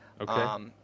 Okay